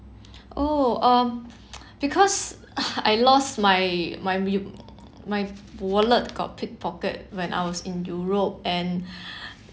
oh um because I lost my my my wallet got pickpocket when I was in europe and